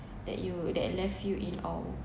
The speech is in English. that you that left you in awe